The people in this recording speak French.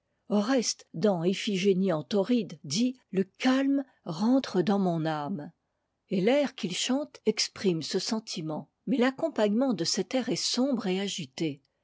oreste dans iphigénie en tauride dit le c mterem e dans mok ke et l'air qu'il chante exprime ce sentiment mais l'accompagnement de cet air est sombre et agité